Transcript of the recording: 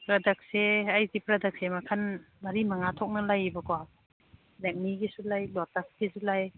ꯄ꯭ꯔꯗꯛꯁꯦ ꯑꯩꯁꯤ ꯄ꯭ꯔꯗꯛꯁꯦ ꯃꯈꯜ ꯃꯔꯤ ꯃꯉꯥ ꯊꯣꯛꯅ ꯂꯩꯕꯅꯣ ꯂꯦꯛꯃꯤꯒꯤꯁꯨ ꯂꯩ ꯂꯣꯇꯁꯀꯤꯁꯨ ꯂꯩ